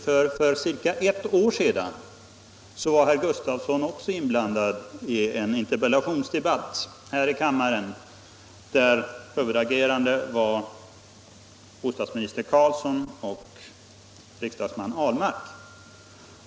För ca ett år sedan var nämligen herr Gustafsson också inblandad i en interpellationsdebatt här i kammaren, där huvudagerande var bostadsminister Carlsson och riksdagsman Ahlmark.